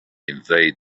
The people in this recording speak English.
invade